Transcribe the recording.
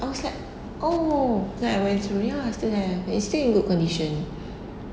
I was like oh then I went to it still there but it's still in good condition